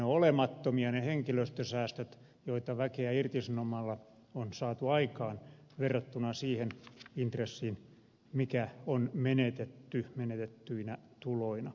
ne henkilöstösäästöt ovat olemattomat joita väkeä irtisanomalla on saatu aikaan verrattuna siihen intressiin joka on menetetty menetettyinä tuloina